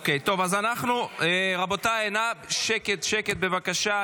רבותיי, שקט, בבקשה.